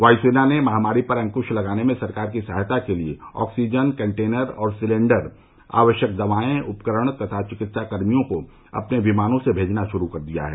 वायुसेना ने महामारी पर अंक्श लगाने में सरकार की सहायता के लिए ऑक्सीजन कन्टेनर और सिलेंडर आवश्यक दवाए उपकरण तथा चिकित्साकर्मियों को अपने विमानों से भेजना शुरू कर दिया है